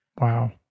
Wow